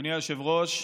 אדוני היושב-ראש,